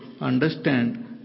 understand